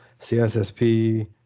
CSSP